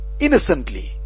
innocently